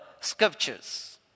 scriptures